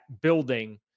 building